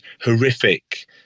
horrific